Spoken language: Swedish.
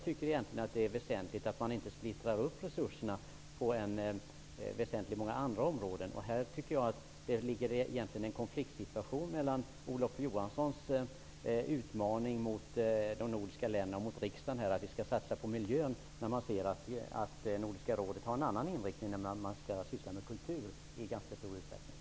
Det är väsentligt att inte splittra upp resurserna på en rad andra områden. Det uppstår en konfliktsituation mellan Olof Johanssons utmaning till de nordiska länderna och riksdagen att satsa på miljön och Nordiska rådets inriktning som i ganska stor utsträckning handlar om kultur.